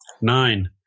Nine